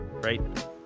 right